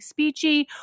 speechy